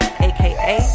aka